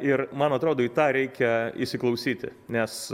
ir man atrodo į tą reikia įsiklausyti nes